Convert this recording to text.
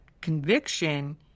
conviction